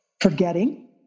forgetting